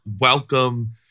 welcome